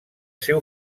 seu